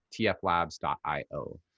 tflabs.io